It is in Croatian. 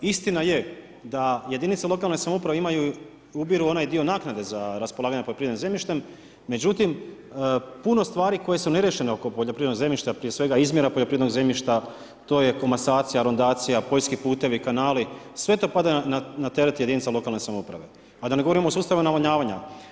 Istina je da jedinice lokalne samouprave ubiru onaj dio naknade za raspolaganje poljoprivrednim zemljištem, međutim puno stvari koje su neriješene oko poljoprivrednog zemljišta prije svega izmjera poljoprivrednog zemljišta to je komasacija, arondacija, poljski putevi, kanali, sve to pada na teret jedinica lokalne samouprave a da ne govorim o sustavima navodnjavanja.